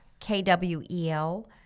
KWEL